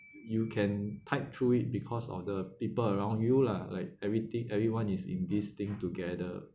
you can tide through it because of the people around you lah like everything everyone is in this thing together